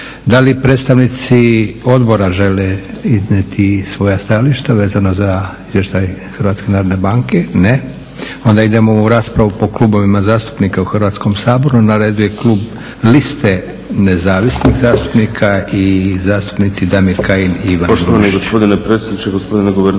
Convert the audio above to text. Da li predstavnici odbora žele iznijeti svoja stajališta vezano za izvještaj HNB-a? Ne. Onda idemo u raspravu po klubovima zastupnika u Hrvatskom saboru. Na redu je klub Liste nezavisnih zastupnika i zastupnici Damir Kajin i Ivan Grubišić.